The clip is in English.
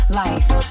life